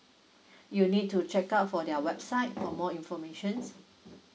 you need to check out for their website for more informations